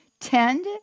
tend